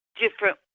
different